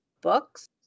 books